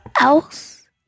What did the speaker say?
else